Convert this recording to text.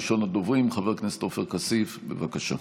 ראשון הדוברים, חבר הכנסת עופר כסיף, בבקשה.